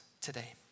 today